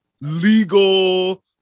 legal